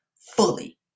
fully